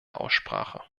aussprache